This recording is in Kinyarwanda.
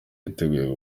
yiteguye